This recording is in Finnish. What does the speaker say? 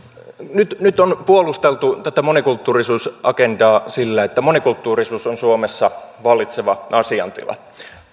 nyt nyt on puolusteltu tätä monikulttuurisuusagendaa sillä että monikulttuurisuus on suomessa vallitseva asiantila